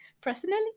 Personally